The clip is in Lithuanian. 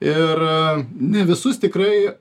ir ne visus tikrai